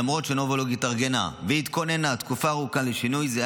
למרות שנובולוג התארגנה והתכוננה תקופה ארוכה לשינוי זה,